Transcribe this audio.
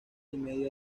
media